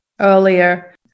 earlier